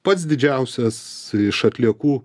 pats didžiausias iš atliekų